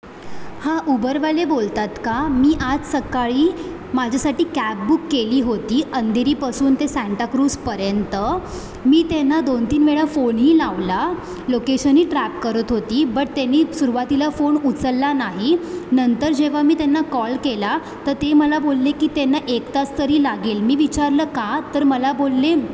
हां उबरवाले बोलत आहात का मी आज सकाळी माझ्यासाठी कॅब बुक केली होती अंधेरीपासून ते सॅंटाक्रुजपर्यंत मी त्यांना दोनतीन वेळा फोनही लावला लोकेशनही ट्रॅप करत होती बट त्यानी सुरुवातीला फोन उचलला नाही नंतर जेव्हा मी त्यांना कॉल केला तर ते मला बोलले की त्यांना एक तास तरी लागेल मी विचारलं का तर मला बोलले